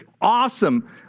awesome